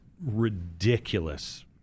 ridiculous